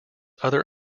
other